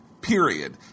Period